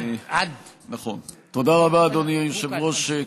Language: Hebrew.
תודה רבה, אדוני היושב-ראש.